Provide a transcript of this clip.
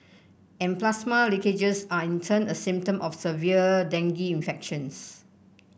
and plasma leakages are in turn a symptom of severe dengue infections